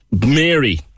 Mary